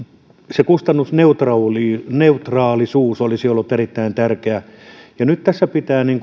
se kustannusneutraalisuus olisi ollut erittäin tärkeää nyt tässä pitää